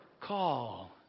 call